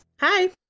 Hi